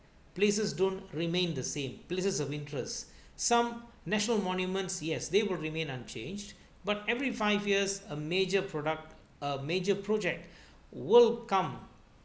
places don't remain the same places of interest some national monuments yes they will remain unchanged but every five years a major product a major project will come